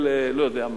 של לא-יודע-מה,